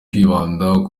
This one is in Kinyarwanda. kwibanda